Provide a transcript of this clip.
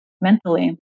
mentally